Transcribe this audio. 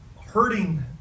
hurting